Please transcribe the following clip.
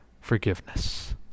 forgiveness